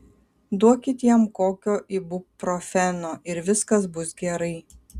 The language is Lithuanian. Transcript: duokit jam kokio ibuprofeno ir viskas bus gerai